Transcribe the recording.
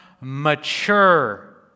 mature